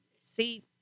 see